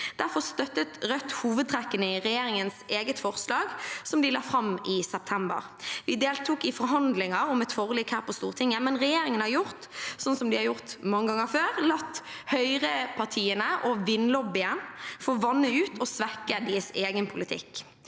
Derfor støttet Rødt hovedtrekkene i regjeringens eget forslag, som de la fram i september. Vi deltok i forhandlinger om et forlik her på Stortinget, men regjeringen har gjort sånn som de har gjort mange ganger før: De har latt høyrepartiene og vindlobbyen få vanne ut og svekke deres egen politikk.